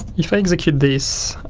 if i execute this,